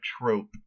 trope